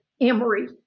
Emory